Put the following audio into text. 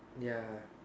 ya